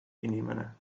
inimene